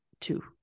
two